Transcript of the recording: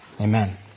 amen